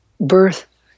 birth